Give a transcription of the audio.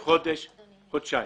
וחודש-חודשיים.